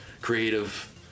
creative